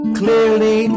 clearly